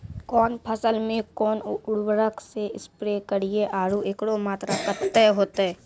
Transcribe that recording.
कौन फसल मे कोन उर्वरक से स्प्रे करिये आरु एकरो मात्रा कत्ते होते?